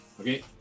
okay